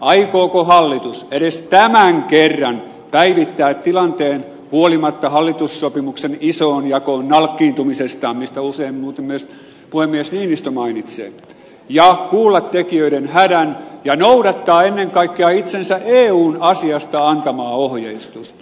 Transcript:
aikooko hallitus edes tämän kerran päivittää tilanteen huolimatta hallitussopimuksen isoonjakoon nalkkiintumisesta mistä usein muuten myös puhemies niinistö mainitsee ja kuulla tekijöiden hädän ja noudattaa ennen kaikkea itsensä eun asiasta antamaa ohjeistusta